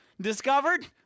discovered